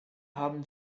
haben